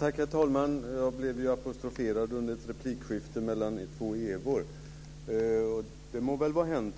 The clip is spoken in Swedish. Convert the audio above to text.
Herr talman! Jag blev apostroferad under ett replikskifte mellan två Evor. Det må vara hänt.